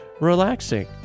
relaxing